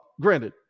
granted